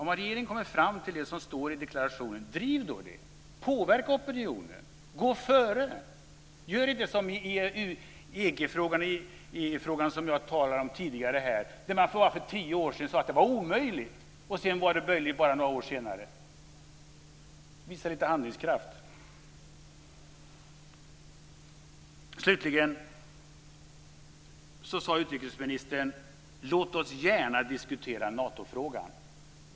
Om regeringen kommer fram till det som står i deklarationen, driv då det, påverka opinionen, gå före, gör inte som i EG-frågan, som jag talade om tidigare här och där man för tio år sedan att det var omöjligt. Sedan var det möjligt bara några år senare. Visa litet handlingskraft. Slutligen sade utrikesministern: Låt oss gärna diskutera Natofrågan.